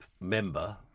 member